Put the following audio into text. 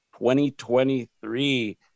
2023